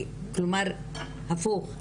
כלומר הפוך,